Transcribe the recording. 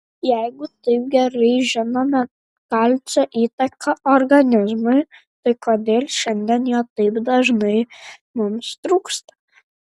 jeigu taip gerai žinome kalcio įtaką organizmui tai kodėl šiandien jo taip dažnai mums trūksta